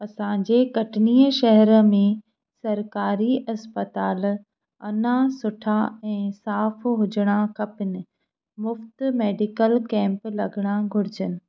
असांजे कटनीअ शहर में सरकारी अस्पताल अञा सुठा ऐं साफ़ हुजणा खपनि मुफ़्त मेडिकल केंप लगणा घुरजनि